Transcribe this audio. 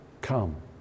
come